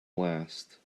last